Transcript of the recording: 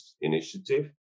initiative